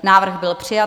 Návrh byl přijat.